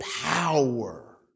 power